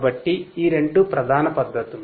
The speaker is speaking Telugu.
కాబట్టి ఈ రెండు ప్రధాన పద్ధతులు